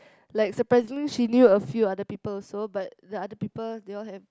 like surprisingly she knew a few other people also but the other people they all have